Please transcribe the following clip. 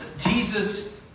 Jesus